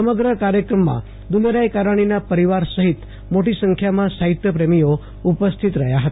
સમગ્ર કાર્યક્રમમાં દુલેરાય કારાણીના પરિવાર સહિતમોટી સંખ્યામાં સાહિત્યપ્રેમીઓ ઉપસ્થિત રહ્યા હતા